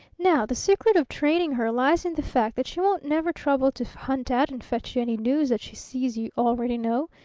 now, the secret of training her lies in the fact that she won't never trouble to hunt out and fetch you any news that she sees you already know.